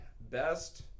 best